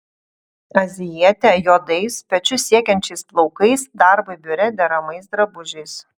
azijietė juodais pečius siekiančiais plaukais darbui biure deramais drabužiais